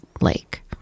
lake